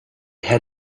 had